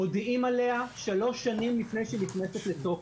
מודיעים עליה שלוש שנים לפני שהיא נכנסת לתוקף.